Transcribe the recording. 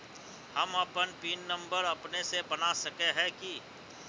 हम अपन pin number अपने से बना सके है की?